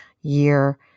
year